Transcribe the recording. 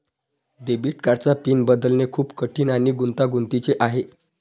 debit कार्डचा pin बदलणे खूप कठीण आणि गुंतागुंतीचे आहे